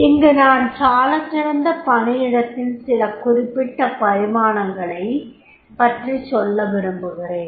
இங்கு நான் சாலச்சிறந்த பணியிடத்தின் சில குறிப்பிட்ட பரிணாமங்களைப் பற்றிச் சொல்லவிரும்புகிறேன்